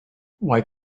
why